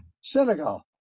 Senegal